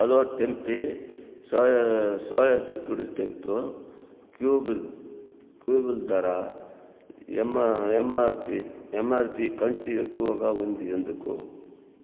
hello tempeh soya soya చిక్కుడు tempeh క్యూబుల్ క్యూబులు ధర యమ్ఆర్ యమ్ఆర్పి యమ్ఆర్పి కంటే ఎక్కువగా ఉంది ఎందుకు